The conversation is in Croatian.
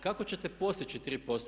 Kako ćete postići 3%